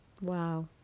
Wow